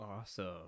Awesome